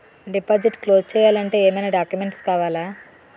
Deposit close చేయాలి అంటే ఏమైనా డాక్యుమెంట్స్ కావాలా?